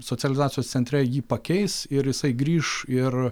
socializacijos centre jį pakeis ir jisai grįš ir